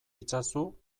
itzazu